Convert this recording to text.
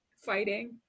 fighting